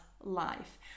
life